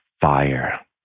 fire